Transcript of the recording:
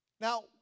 Now